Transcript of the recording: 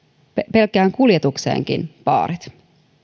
pelkkään kuljetukseenkin paarit